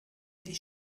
ich